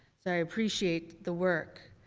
so i appreciate the work,